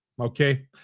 Okay